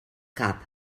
cap